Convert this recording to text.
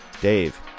Dave